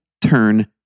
turn